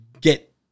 get